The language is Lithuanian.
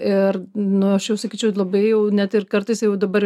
ir nu aš jau sakyčiau labai jau net ir kartais jau dabar